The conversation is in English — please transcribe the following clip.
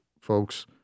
folks